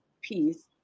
piece